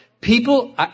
People